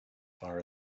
far